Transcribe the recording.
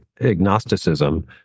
agnosticism